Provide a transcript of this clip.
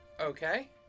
okay